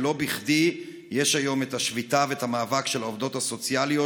ולא בכדי יש היום את השביתה ואת המאבק של העובדות הסוציאליות,